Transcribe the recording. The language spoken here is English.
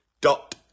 dot